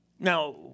Now